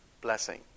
blessing